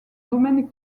domaine